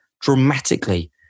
dramatically